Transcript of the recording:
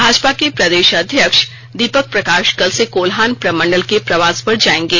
भाजपा के प्रदेश अध्यक्ष दीपक प्रकाश कल से कोल्हान प्रमंडल के प्रवास पर जायेंगे